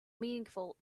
meaningful